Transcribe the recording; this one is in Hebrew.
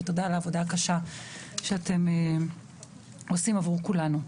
ותודה על העבודה הקשה שאתם עושים עבור כולנו.